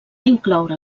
incloure